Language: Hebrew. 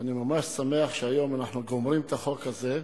ואני ממש שמח שהיום אנחנו גומרים את החוק הזה.